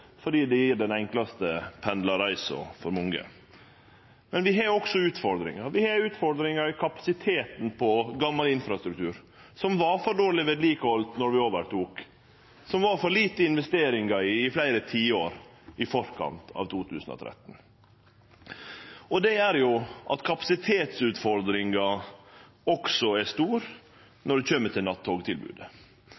fordi det gjev den enklaste pendlarreisa for mange. Men vi har også utfordringar. Vi har utfordringar med kapasiteten på gamal infrastruktur, som var for dårleg heldt ved like då vi overtok, og der det var investert for lite i fleire tiår i forkant av 2013. Det gjer at kapasitetsutfordringa også er stor